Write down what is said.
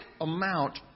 amount